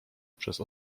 przez